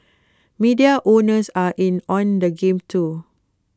media owners are in on the game too